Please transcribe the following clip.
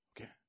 Okay